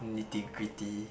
liquidity